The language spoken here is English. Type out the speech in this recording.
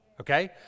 Okay